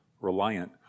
reliant